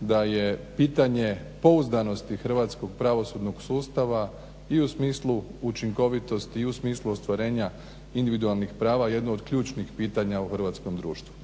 da je pitanje pouzdanosti hrvatskog pravosudnog sustava i u smislu učinkovitosti i u smislu ostvarenja individualnih prava jedno od ključnih pitanja u hrvatskom društvu.